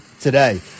today